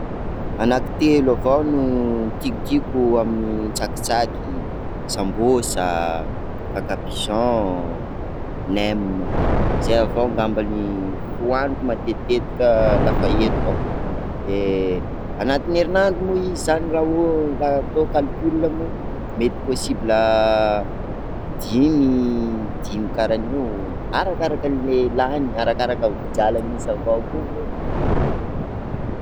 Anakitelo avao no tiakotiako amin'ny tsakitsaky, sambosa a, kk pigeaon, nem a, zay avao ngamba no hoaniko matetitetika la fa eto zaho, de anatin'ny herinandro moa izy zany raha atao calcul moa, mety possible dimy, dimy karahan'io, arakarak'le lany, arakaraka drala misy avao koa io.